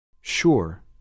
Sure